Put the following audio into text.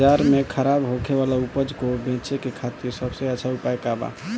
बाजार में खराब होखे वाला उपज को बेचे के खातिर सबसे अच्छा उपाय का बा?